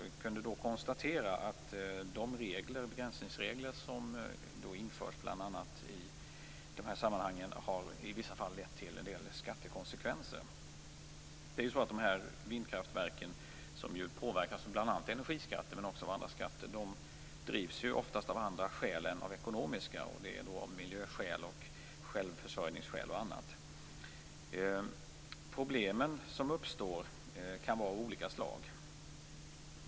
Vi kunde då konstatera att de begränsningsregler som då infördes i vissa fall har lett till en del skattekonsekvenser. Vindkraftverken, som ju påverkas av bl.a. energiskatten men också av andra skatter, drivs ju oftast av andra skäl än ekonomiska - av miljöskäl, försörjningsskäl och annat. De problem som uppstår kan vara av olika slag.